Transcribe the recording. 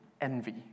envy